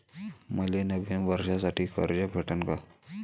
मले नवीन वर्षासाठी कर्ज भेटन का?